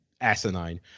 asinine